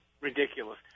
ridiculous